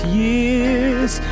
years